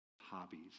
hobbies